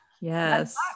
Yes